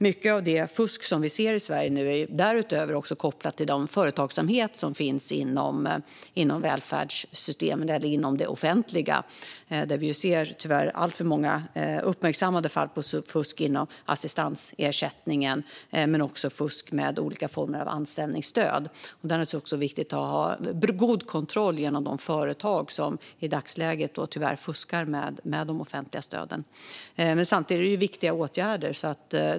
Mycket av det fusk vi nu ser i Sverige är därutöver kopplat till den företagsverksamhet som finns inom välfärdssystemen eller det offentliga. Vi ser tyvärr alltför många uppmärksammade fall på fusk inom assistansersättningen men också fusk med olika former av anställningsstöd. Där är det viktigt att ha god kontroll av de företag som tyvärr i dagsläget fuskar med de offentliga stöden. Samtidigt är det viktiga åtgärder.